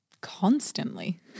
constantly